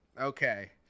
Okay